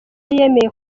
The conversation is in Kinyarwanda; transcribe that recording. yemeye